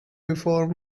before